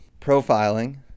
profiling